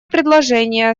предложение